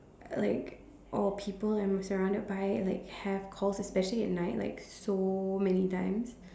like or people I'm surrounded by like have calls especially at night like so many times